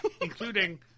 including